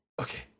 okay